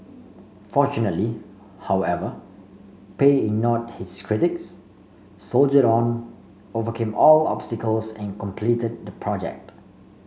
fortunately however Pei ignored his critics soldiered on overcame all obstacles and completed the project